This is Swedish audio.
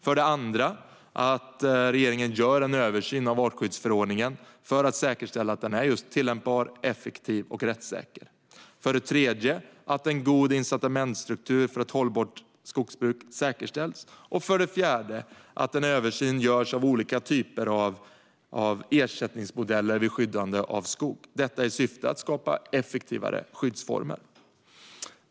För det andra: att regeringen gör en översyn av artskyddsförordningen för att säkerställa att den är tillämpbar, effektiv och rättssäker. För det tredje: att en god incitamentsstruktur för ett hållbart skogsbruk säkerställs. Och för det fjärde: att en översyn görs av olika typer av ersättningsmodeller vid skyddande av skog, i syfte att skapa effektivare skyddsformer.